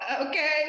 Okay